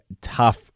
tough